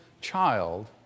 child